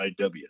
IW